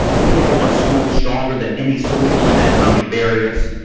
we all want schools stronger than any social and economic barriers,